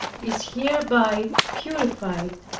is hereby purified,